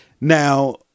Now